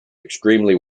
extremely